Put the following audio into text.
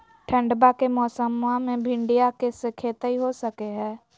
ठंडबा के मौसमा मे भिंडया के खेतीया हो सकये है?